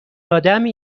آدمی